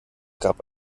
gab